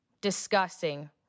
Disgusting